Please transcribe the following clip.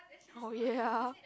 oh ya